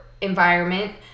environment